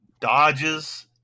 dodges